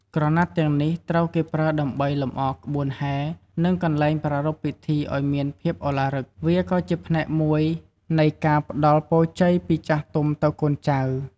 ក្រណាត់ទាំងនេះត្រូវគេប្រើដើម្បីលម្អក្បួនហែ និងកន្លែងប្រារព្ធពិធីឱ្យមានភាពឱឡារិក វាក៏ជាផ្នែកមួយនៃការផ្តល់ពរជ័យពីចាស់ទុំទៅកូនចៅ។